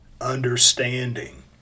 understanding